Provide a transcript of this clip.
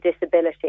disability